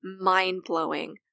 mind-blowing